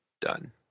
done